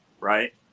right